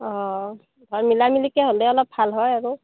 অ' মিলাই মেলিকে হ'লে অলপ ভাল হয় আৰু